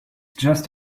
just